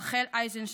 רחל אייזנשטדט,